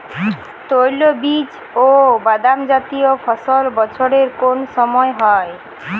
তৈলবীজ ও বাদামজাতীয় ফসল বছরের কোন সময় হয়?